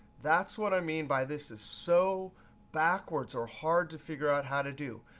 that's what i mean by this is so backwards or hard to figure out how to do.